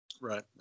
Right